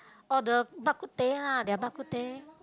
oh the Bak-kut-teh ah their Bak-kut-teh